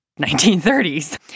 1930s